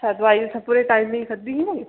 अच्छा दवाई तुसें पूरे टाइम दी खाद्धी ही नी